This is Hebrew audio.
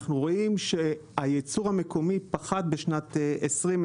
אנחנו רואים שהייצור המקומי פחת בשנת 2020